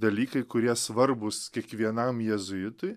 dalykai kurie svarbūs kiekvienam jėzuitui